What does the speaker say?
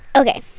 ok.